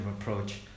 approach